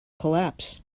collapse